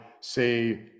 say